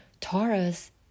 Taurus